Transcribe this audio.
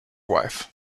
wife